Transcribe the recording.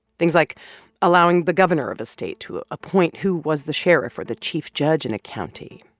things like allowing the governor of a state to appoint who was the sheriff or the chief judge in a county,